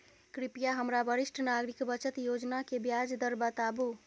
कृपया हमरा वरिष्ठ नागरिक बचत योजना के ब्याज दर बताबू